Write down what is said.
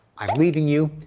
i'm leaving you.